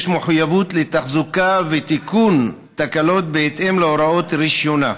יש מחויבות לתחזוקה ותיקון של תקלות בהתאם להוראות רישיונה.